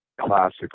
classic